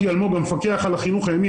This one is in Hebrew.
המפקח על החינוך הימי,